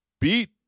beat